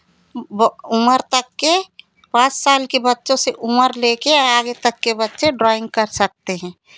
ब उम्र तक के पाँच साल के बच्चों से उम्र लेके आगे तक के बच्चे ड्रॉइंग कर सकते हैं